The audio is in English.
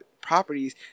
properties